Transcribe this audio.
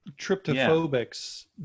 Tryptophobics